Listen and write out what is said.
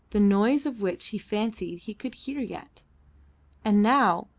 the noise of which he fancied he could hear yet and now,